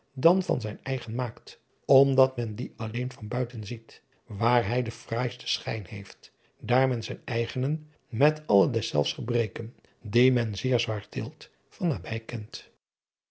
dan van zijn eigen maakt omdat men dien alleen van buiten ziet waar hij den fraaisten schijn heeft daar men zijnen eigenen met alle deszelfs gebreken die men zeer zwaar tilt van